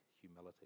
humility